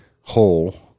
hole